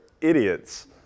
idiots